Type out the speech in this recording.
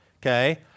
Okay